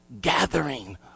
gathering